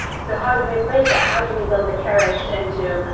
so how do we break that? how do we build the carriage into